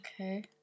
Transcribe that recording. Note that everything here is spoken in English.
Okay